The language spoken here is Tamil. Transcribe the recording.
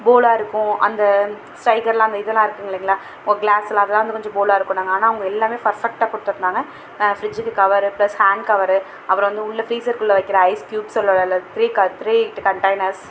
போலா இருக்கும் அந்த ஸ்ட்ரைகர்லாம் அந்த இதெல்லாம் இருக்குங்க இல்லைங்களா கிளாஸ்லாம் அதலாம் கொஞ்சம் போலா இருக்கும்னாங்க ஆனால் அவங்க எல்லாம் பர்ஃபெக்டாக கொடுத்துருந்தாங்க ப்ரிட்ஜுக்கு கவரு ப்ளஸ் ஹேண்ட் கவரு அப்புறம் வந்து உள்ள ஃப்ரீஸர்குள்ளே வைக்கிற ஐஸ் க்யூப்ஸில் உள்ள ட்ரே ட்ரே வித் கன்டெய்னர்ஸ்